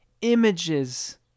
images